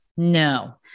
No